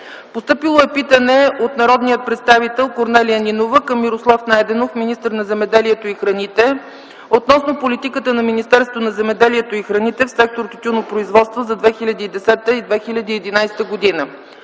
2010 г. Питане от народния представител Корнелия Нинова към Мирослав Найденов – министър на земеделието и храните, относно политиката на Министерството на земеделието и храните в сектор „Тютюнопроизводство” за 2010-2011 г.